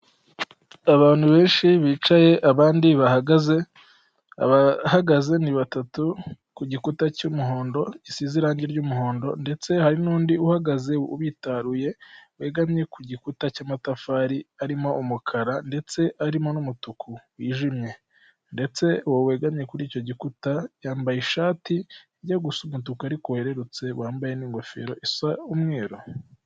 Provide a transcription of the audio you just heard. Abantu benshi bicaye abandi bahagaze, abahagaze ni batatu ku gikuta cy'umuhondo gisize irangi ry'umuhondo ndetse hari n'undi uhagaze ubitaruye wegamye ku gikuta cy'amatafari arimo umukara ndetse arimo n'umutuku wijimye. Ndetse uwo wegamye kuri icyo gikuta yambaye ishati ijya gusa umutuku ariko wererutse wambaye ingofero isa umweru.